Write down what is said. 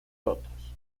otros